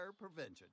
prevention